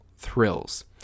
thrills